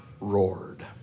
roared